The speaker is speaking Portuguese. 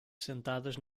sentadas